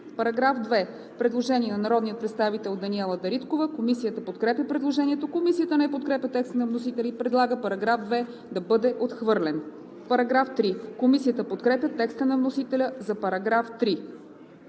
По § 2 има предложение на народния представител Даниела Дариткова. Комисията подкрепя предложението. Комисията не подкрепя текста на вносителя и предлага § 2 да бъде отхвърлен. Комисията подкрепя текста на вносителя за § 3.